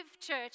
church